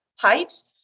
pipes